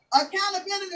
Accountability